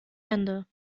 ende